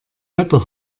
wetter